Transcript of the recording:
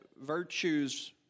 virtues